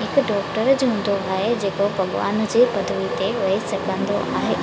हिकु डॉक्टर जो हूंदो आहे जेको भॻवान जे पदवी ते वेही सघंदो आहे